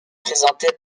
présentée